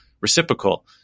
reciprocal